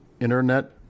internet